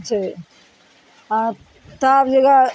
छै आओर ताफ जगह